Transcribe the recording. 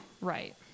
right